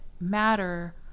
matter